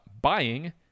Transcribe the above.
buying